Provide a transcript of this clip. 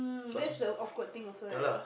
hm that's the awkward thing also right